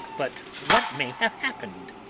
but what may have happened?